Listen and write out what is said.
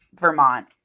Vermont